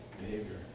behavior